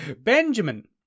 Benjamin